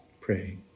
pray